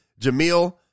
Jamil